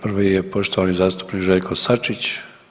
Prvi je poštovani zastupnik Željko Sačić.